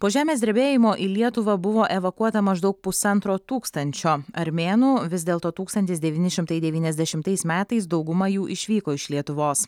po žemės drebėjimo į lietuvą buvo evakuota maždaug pusantro tūkstančio armėnų vis dėlto tūkstantis devyni šimtai devyniasdešimtais metais dauguma jų išvyko iš lietuvos